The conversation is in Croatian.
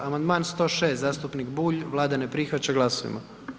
Amandman 106, zastupnik Bulj, Vlada ne prihvaća, glasujmo.